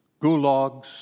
gulags